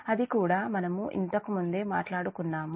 అది కూడా మనము ఇంతకుముందే మాట్లాడుకున్నాము